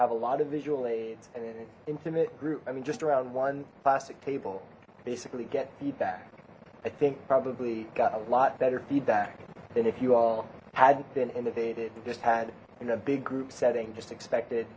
have a lot of visual aids and an intimate group i mean just around one plastic table basically get feedback i think probably got a lot better feedback than if you all hadn't been innovated it just had in a big group setting just expected